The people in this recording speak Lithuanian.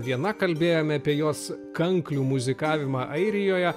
viena kalbėjome apie jos kanklių muzikavimą airijoje